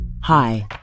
Hi